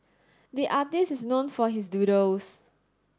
the artist is known for his doodles